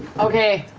okay,